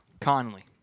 Conley